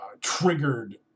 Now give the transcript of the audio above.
triggered